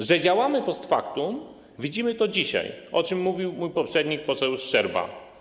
To, że działamy post factum, widzimy dzisiaj, o czym mówił mój poprzednik poseł Szczerba.